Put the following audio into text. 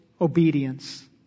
obedience